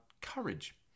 courage